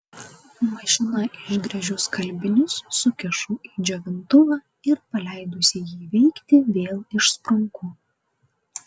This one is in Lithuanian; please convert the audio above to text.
mašina išgręžiu skalbinius sukišu į džiovintuvą ir paleidusi jį veikti vėl išsprunku